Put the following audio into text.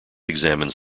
examines